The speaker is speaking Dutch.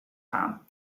aan